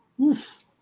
oof